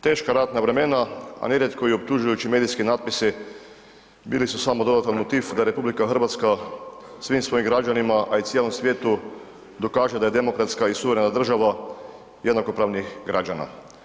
Teška ratna vremena a nerijetko i optužujući medijski natpisi bili su samo dodatni motiv da RH svim svojim građanima a i cijelom svijetu dokaže da je demokratska i suverena država jednakopravnih građana.